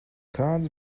kāds